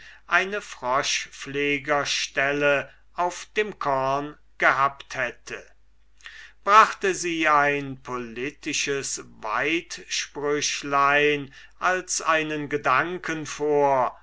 eine froschpflegerstelle auf dem korn gehabt hätte brachte sie ein politisches weidsprüchlein als einen gedanken vor